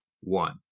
one